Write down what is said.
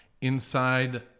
inside